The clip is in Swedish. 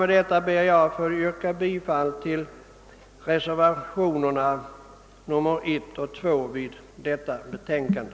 Med detta ber jag att få yrka bifall till reservationerna 1 och 2 vid förevarande utlåtande.